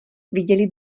viděli